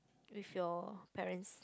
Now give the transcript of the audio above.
with your parents